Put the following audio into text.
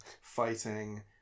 fighting